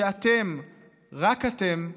שאתם רק אתם,